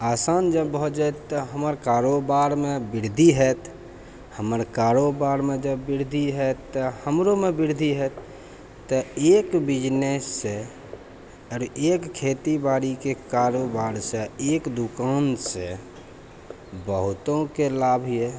आसान जब भऽ जायत तऽ हमर कारोबरमे वृद्धि हैत हमर कारोबारमे जब वृद्धि हैत तऽ हमरोमे वृद्धि हैत तब एक बिजनेससँ आओर एक खेतीबाड़ीके कारोबारसँ एक दोकानसँ बहुतोके लाभ यऽ